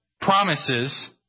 promises